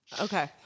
Okay